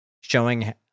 showing